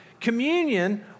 communion